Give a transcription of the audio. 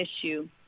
issue